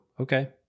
okay